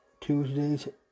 Tuesdays